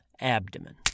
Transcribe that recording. abdomen